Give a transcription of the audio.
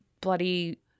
bloody